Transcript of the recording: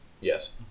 Yes